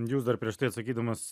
jūs dar prieš tai atsakydamas